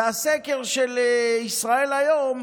והסקר של ישראל היום,